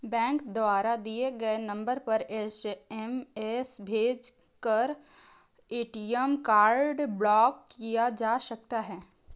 bank द्वारा दिए गए नंबर पर एस.एम.एस भेजकर ए.टी.एम कार्ड ब्लॉक किया जा सकता है